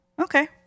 Okay